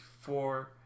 four